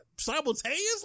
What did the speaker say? simultaneously